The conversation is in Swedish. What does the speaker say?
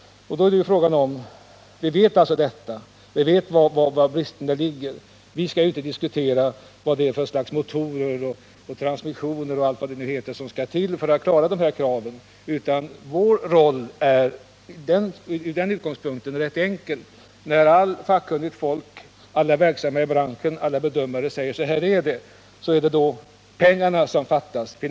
Vi vet således var bristerna ligger. Vi behöver inte diskutera vilka motorer, transmissioner och allt vad det heter som skall till för att möta de kommande kraven, utan vår roll är rätt enkel. Från den utgångspunkten att alla bedömare inom branschen och allt branschkunnigt folk har talat om för oss vad som gäller är det nu alltså pengarna och finansieringsmöjligheterna som fattas. Det är i det avseendet staten bör komma in och ge ett besked.